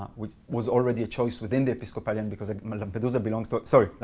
um which was already a choice within the episcopalian, because lampedusa belongs to sorry.